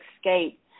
escape